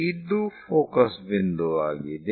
ಇದು ಫೋಕಸ್ ಬಿಂದುವಾಗಿದೆ